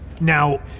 Now